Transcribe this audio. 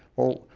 well,